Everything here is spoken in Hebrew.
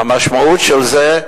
המשמעות של זה,